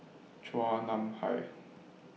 Chua Nam Hai